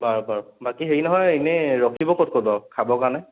বাৰু বাৰু বাকী হেৰি নহয় এনেই ৰখিব ক'ত ক'ত বাৰু খাবৰ কাৰণে